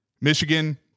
Michigan